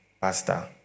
Pastor